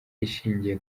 ishingiye